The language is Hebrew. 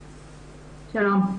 שלום.